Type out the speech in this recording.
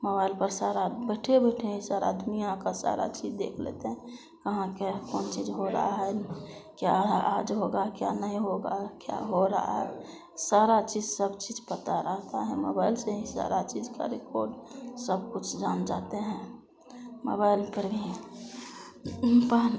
mobile पर सारा बैठे बैठे ही सारा दुनिया का सारा चीज देख लेते हैं कहाँ क्या कौन चीज हो रहा है क्या आज होगा क्या नहीं होगा क्या हो रहा है सारा चीज सब चीज पता रहता है मोबाइल से ही सारा चीज का रिकॉर्ड सब कुछ जान जाते हैं मोबाइल पर ही पहले